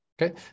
Okay